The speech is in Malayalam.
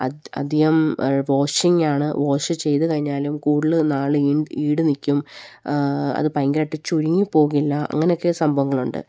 അധികം വാഷിംഗാണ് വാഷ് ചെയ്തുകഴിഞ്ഞാലും കൂടുതല് നാള് ഈടുനില്ക്കും അത് ഭയങ്കരമായിട്ട് ചുരുങ്ങിപ്പോകില്ല അങ്ങനെയൊക്കെ സംഭവങ്ങളുണ്ട്